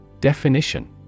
Definition